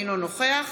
אינו נוכח